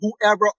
whoever